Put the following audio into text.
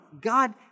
God